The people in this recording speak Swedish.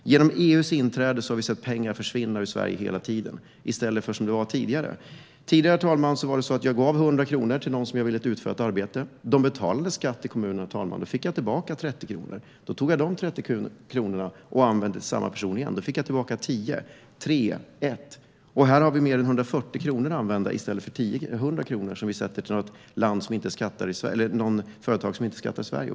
Genom EU-inträdet har vi sett pengar försvinna ur Sverige hela tiden. Tidigare var det så, herr talman, att jag gav 100 kronor till någon som jag ville skulle utföra ett arbete. De betalade skatt till kommunen, herr talman, och jag fick tillbaka 30 kronor. Då tog jag dessa 30 kronor och använde dem igen, fick tillbaka 10 kronor, sedan 3 kronor och så 1 krona - mer än 140 kronor att använda i stället för 100 kronor till något företag som inte skattar i Sverige och pengar som bara försvinner.